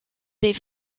des